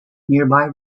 nearby